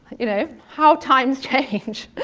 you know how times change!